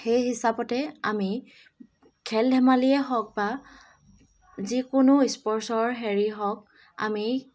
সেই হিচাপতে আমি খেল ধেমালিয়ে হওক বা যিকোনো স্পৰ্ট্ছৰ হেৰি হওক আমি